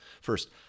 First